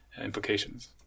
implications